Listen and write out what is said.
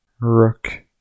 rook